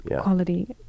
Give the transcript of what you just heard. quality